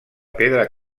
pedra